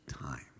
time